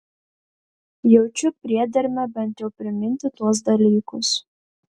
jaučiu priedermę bent jau priminti tuos dalykus